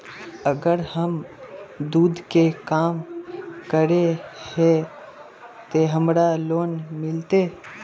अगर हम दूध के काम करे है ते हमरा लोन मिलते?